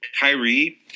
Kyrie